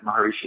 Maharishi